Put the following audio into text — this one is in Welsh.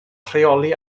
rheoli